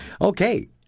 Okay